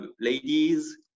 ladies